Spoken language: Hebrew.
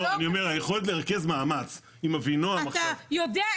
היכולת לרכז מאמץ עם אבינועם --- לא.